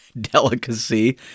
delicacy